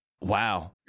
Wow